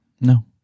No